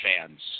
fans